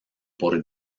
por